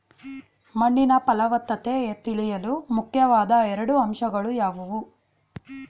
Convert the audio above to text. ಮಣ್ಣಿನ ಫಲವತ್ತತೆ ತಿಳಿಯಲು ಮುಖ್ಯವಾದ ಎರಡು ಅಂಶಗಳು ಯಾವುವು?